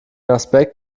aspekt